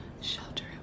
shelter